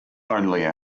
only